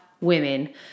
women